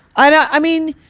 and i mean,